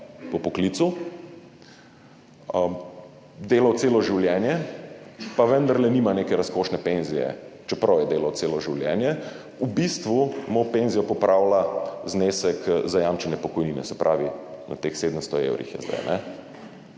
po poklicu. Delal je celo življenje, pa vendarle nima neke razkošne penzije, čeprav je delal celo življenje. V bistvu mu penzijo popravlja znesek zajamčene pokojnine, se pravi, na teh 700 evrih je zdaj.